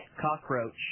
cockroach